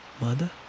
Mother